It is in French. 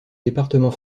département